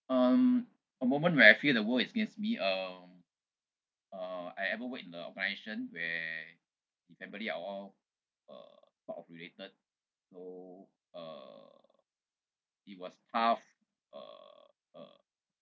um a moment where I feel the world is against me um uh I ever worked in a organisation where the family are all uh part of related so uh it was tough uh uh